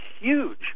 huge